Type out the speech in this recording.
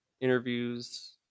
interviews